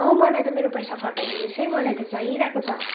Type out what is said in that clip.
मलाई त मेरो पैसा फर्काइदिनु होस् है मलाई त चाहिरहेको छ